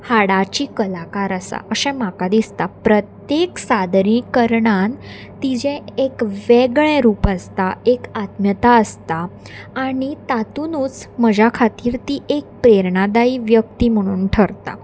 हाडाची कलाकार आसा अशें म्हाका दिसता प्रत्येक सादरीकणान तिजें एक वेगळें रूप आसता एक आत्म्यता आसता आनी तातुनूच म्हज्या खातीर ती एक प्रेरणादायी व्यक्ती म्हणून ठरता